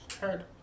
Heard